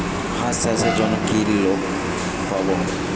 হাঁস চাষের জন্য কি লোন পাব?